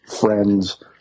Friends